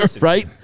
Right